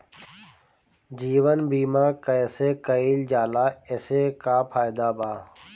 जीवन बीमा कैसे कईल जाला एसे का फायदा बा?